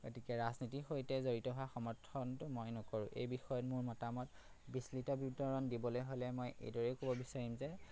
গতিকে ৰাজনীতিৰ সৈতে জড়িত হোৱা সমৰ্থনটো মই নকৰোঁ এই বিষয়ত মোৰ মতামত বিস্তৃত বিৱৰণ দিবলৈ হ'লে মই এইদৰেই ক'ব বিচাৰিম যে